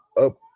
up